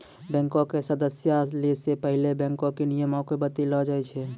बैंको के सदस्यता लै से पहिले बैंको के नियमो के बतैलो जाय छै